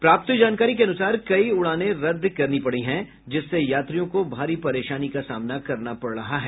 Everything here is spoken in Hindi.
प्राप्त जानकारी के अनुसार कई उड़ाने रद्द करनी पड़ी है जिससे यात्रियों को भारी परेशानी का सामना करना पड़ रहा है